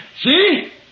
See